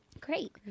Great